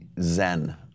Zen